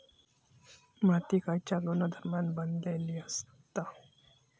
माती खयच्या गुणधर्मान बनलेली असता?